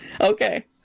Okay